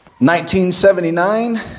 1979